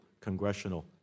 congressional